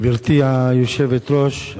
גברתי היושבת-ראש,